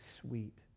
sweet